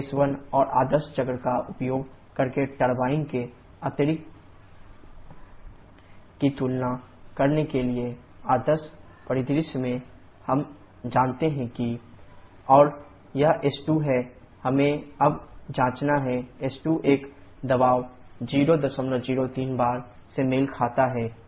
40 bar 500 0C81933 kJkgK अब इस s1 और आदर्श चक्र का उपयोग करके टरबाइन के अस्तित्व की तुलना करने के लिए आदर्श परिदृश्य में हम जानते हैं कि s2s1 और यह s2 है हमें अब जांचना है s2 एक दबाव 003 बार से मेल खाता है